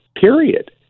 period